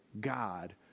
God